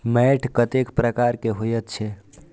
मैंट कतेक प्रकार के होयत छै?